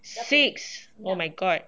six oh my god